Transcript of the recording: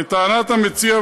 לטענת המציע,